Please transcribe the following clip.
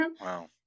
Wow